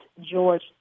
George